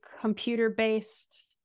computer-based